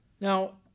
Now